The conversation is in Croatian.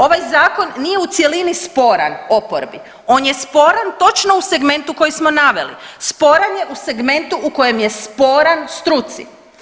Ovaj zakon nije u cjelini sporan oporbi, on je sporan točno u segmentu koji smo naveli, sporan je u segmentu u kojem je sporan struci.